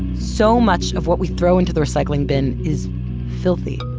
so much of what we throw into the recycling bin is filthy.